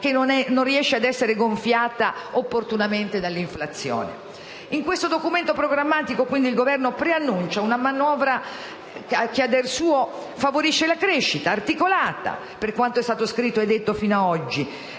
che non riesce a essere gonfiata opportunamente dall'inflazione? In questo documento programmatico il Governo preannuncia una manovra che, a dir suo, favorisce la crescita, articolata - per quanto è stato scritto e detto fino ad oggi